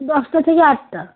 দশটা থেকে আটটা